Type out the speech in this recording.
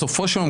בסופו של יום,